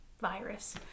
virus